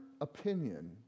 opinion